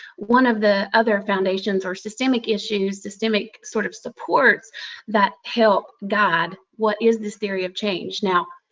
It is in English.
one of the other foundations or systemic issues, systemic sort of supports that help guide what is this theory of change. now,